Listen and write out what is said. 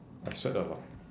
I sweat a lot